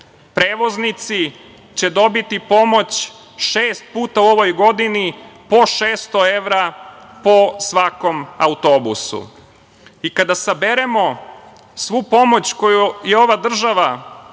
Prevoznici će dobiti pomoć šest puta u ovoj godini po 600 evra po svakom autobusu. Kada saberemo svu pomoć koju je ova država